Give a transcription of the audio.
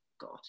god